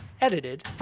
Edited